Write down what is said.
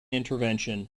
intervention